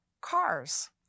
cars